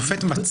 כשהשופט יטיל